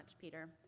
Peter